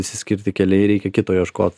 išsiskirti keliai reikia kito ieškot